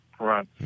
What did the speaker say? Right